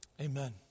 Amen